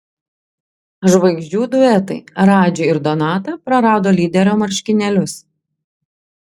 žvaigždžių duetai radži ir donata prarado lyderio marškinėlius